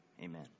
Amen